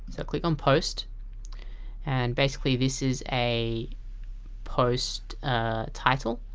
so click on post and basically this is a post title.